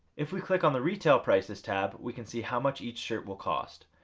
if we click on the retail prices tab we can see how much each shirt will cost.